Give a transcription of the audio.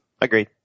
agreed